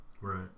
Right